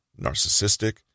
narcissistic